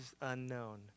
unknown